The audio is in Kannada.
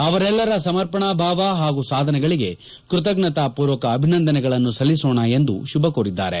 ಅವರೆಲ್ಲರ ಸಮರ್ಪಣಾಭಾವ ಹಾಗೂ ಸಾಧನೆಗಳಿಗೆ ಕೃತಜ್ವತಾಪೂರ್ವಕ ಅಭಿನಂದನೆಗಳನ್ನು ಸಲ್ಲಿಸೋಣ ಎಂದು ಶುಭ ಕೋರಿದ್ದಾರೆ